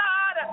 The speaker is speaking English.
God